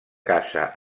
casa